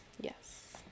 Yes